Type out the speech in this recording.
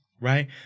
Right